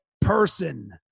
person